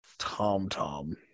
Tom-Tom